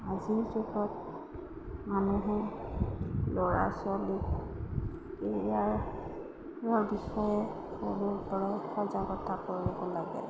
আজিৰ যুগত মানুহে ল'ৰা ছোৱালীৰ কেৰিয়াৰৰ বিষয়ে সৰুৰপৰাই সজাগতা কৰিব লাগে